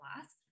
last